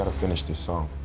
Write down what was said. finish this song,